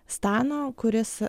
stano kuris